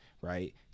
right